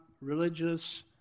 religious